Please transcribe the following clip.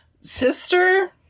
sister